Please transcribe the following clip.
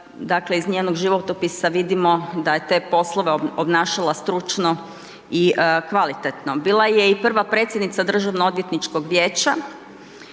obnašala iz njenog životopisa vidimo da je te poslove obnašala stručno i kvalitetno. Bila je i prva predsjednica Državno odvjetničkog vijeća,